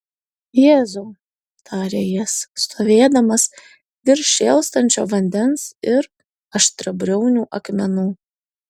jėzau tarė jis stovėdamas virš šėlstančio vandens ir aštriabriaunių akmenų